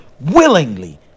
willingly